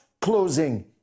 closing